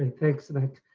thanks nick.